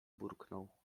burknął